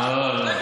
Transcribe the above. לא,